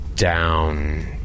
Down